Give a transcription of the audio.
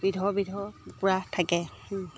বিধৰ বিধৰ কুকুৰা থাকে